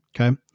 Okay